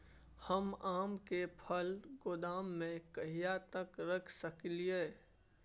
हम आम के फल गोदाम में कहिया तक रख सकलियै?